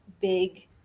big